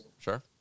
Sure